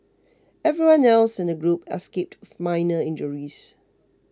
everyone else in the group escaped with minor injuries